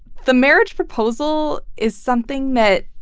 the marriage proposal is something that